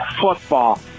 football